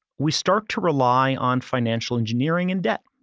we start to rely on financial engineering and debt